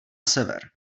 sever